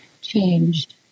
changed